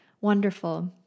wonderful